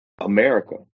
America